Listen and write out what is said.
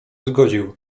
zgodził